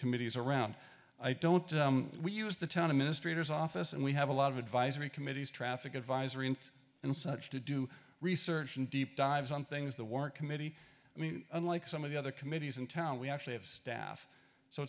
committees around i don't we use the town of ministers office and we have a lot of advisory committees traffic advisory and and such to do research and deep dives on things the work committee i mean unlike some of the other committees in town we actually have staff so